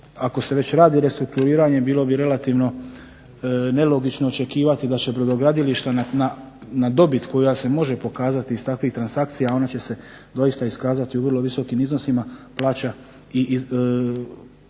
ako se već radi restrukturiranje, bilo bi relativno nelogično očekivati da će brodogradilišta na dobit koja se može pokazati iz takvih transakcija, a ona će se doista iskazati u vrlo visokim iznosima, plaća i porez